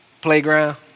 playground